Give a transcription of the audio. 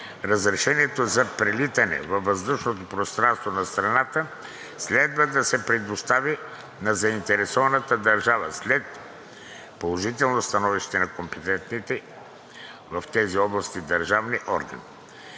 разрешението за прелитане във въздушното пространство на страната следва да се предостави на заинтересованата държава след положително становище на компетентните в тези области държавни органи